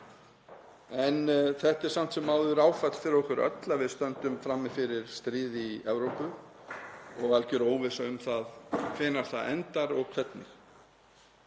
en það er samt sem áður áfall fyrir okkur öll að við stöndum frammi fyrir stríði í Evrópu og algjör óvissa um það hvenær það endar og hvernig.